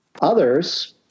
Others